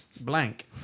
blank